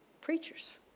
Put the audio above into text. Preachers